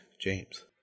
James